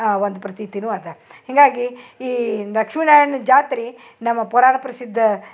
ಆ ಒಂದು ಪ್ರತೀತಿನು ಅದ ಹೀಗಾಗಿ ಈ ಲಕ್ಷ್ಮೀ ನಾರಾಯಣ ಜಾತ್ರಿ ನಮ್ಮ ಪುರಾಣ ಪ್ರಸಿದ್ಧ